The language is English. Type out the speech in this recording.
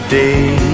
day